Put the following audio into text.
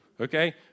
okay